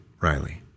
Riley